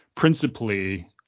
principally